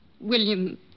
William